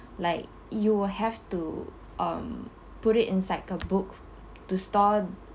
like you will have to um put it inside a book to store